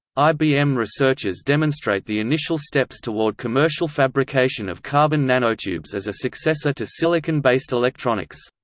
ibm researchers demonstrate the initial steps toward commercial fabrication of carbon nanotubes as a successor to silicon-based electronics.